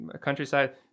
countryside